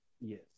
Yes